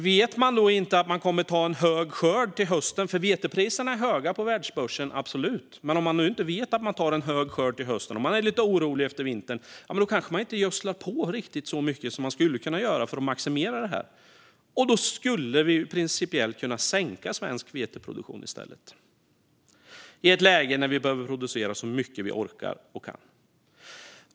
Vetepriserna är absolut höga på världsbörsen, men om man inte vet att man kommer att ta en hög skörd till hösten - om man är lite orolig efter vintern - kanske man inte gödslar på riktigt så mycket som man skulle kunna göra för att maximera det här. Då skulle vi i stället, i ett läge när vi behöver producera så mycket som vi orkar och kan, principiellt kunna sänka svensk veteproduktion.